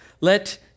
Let